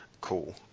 cool